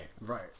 Right